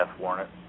warrant